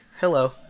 Hello